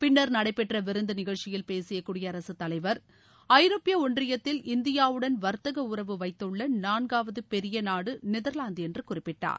பின்னர் நடைபெற்ற விருந்து நிகழ்ச்சியில் பேசிய குடியரகத் தலைவர் ஐரோப்பிய ஒன்றியத்தில் இந்தியாவுடன் வர்த்தக உறவு வைத்துள்ள நான்காவது பெரிய நாடு நெதர்வாந்து என்று குறிப்பிட்டார்